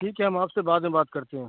ٹھیک ہے ہم آپ سے بعد میں بات کرتے ہیں